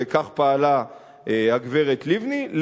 וכך פעלה הגברת לבני,